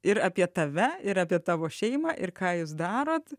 ir apie tave ir apie tavo šeimą ir ką jūs darot